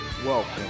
Welcome